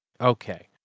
Okay